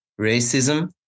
racism